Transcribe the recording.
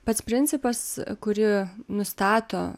pats principas kurį nustato